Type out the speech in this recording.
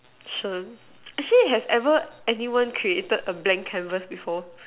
sure actually has ever anyone created a blank canvas before